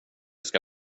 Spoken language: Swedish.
ska